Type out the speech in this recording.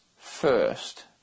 first